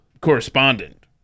correspondent